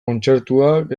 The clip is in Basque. kontzertuak